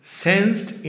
sensed